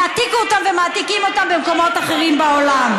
יעתיקו אותם ומעתיקים אותם במקומות אחרים בעולם.